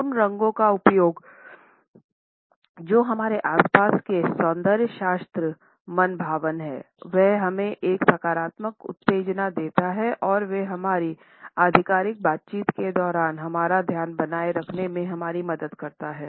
उन रंगों का उपयोग जो हमारे आस पास के सौंदर्यशास्त्र मनभावन हैं वह हमे एक सकारात्मक उत्तेजना देता हैं और वे हमारी आधिकारिक बातचीत के दौरान हमारा ध्यान बनाए रखने में हमारी मदद करते हैं